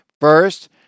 First